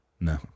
no